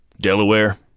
Delaware